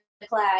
play